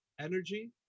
energy